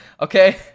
okay